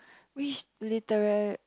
which literal